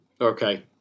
Okay